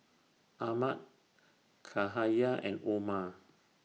Ahmad Cahaya and Omar